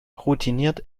routiniert